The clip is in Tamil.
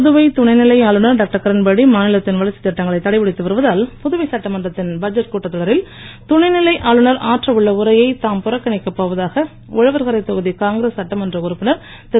புதுவை துணை நிலை ஆளுநர் டாக்டர் கிரண் பேடி மாநிலத்தின் வளர்ச்சி திட்டங்களை தடைப்படுதி வருவதால் புதுவை சட்டமன்றத்தின் பட்ஜெட் கூட்டத் தொடரில் துணை நிலை ஆளுநர் ஆற்ற உள்ள உரையை தாம் புறக்கணிக்கப் போவதாக உழவர்கரை தொகுதி காங்கிரஸ் சட்டமன்ற உறுப்பினர் திரு